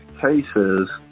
cases